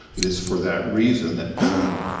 it is for that reason that boeing